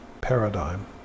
paradigm